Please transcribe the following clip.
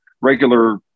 regular